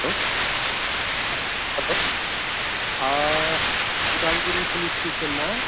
हेल' हेल' Udalguri police station ना